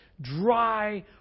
dry